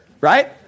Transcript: right